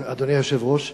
אדוני היושב-ראש,